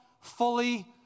fully